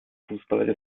fußballer